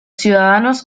ciudadanos